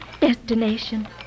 Destination